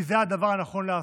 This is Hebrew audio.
כי זה הדבר הנכון לעשות.